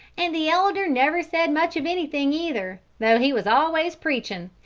an' the elder never said much of anything either, though he was always preachin'!